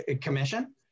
commission